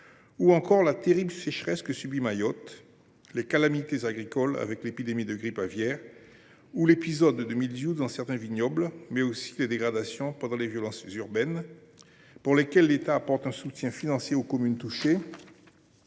France ; la terrible sécheresse que subit Mayotte ; les calamités agricoles, avec l’épidémie de grippe aviaire ou l’épisode de mildiou dans certains vignobles ; les dégradations pendant les violences urbaines pour lesquelles l’État apporte un soutien financier aux communes touchées ;